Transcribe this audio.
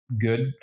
good